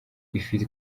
ifite